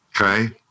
Okay